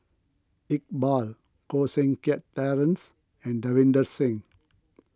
Iqbal Koh Seng Kiat Terence and Davinder Singh